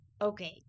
Okay